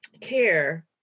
care